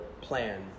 plan